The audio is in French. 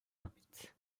ermites